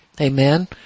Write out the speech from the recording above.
Amen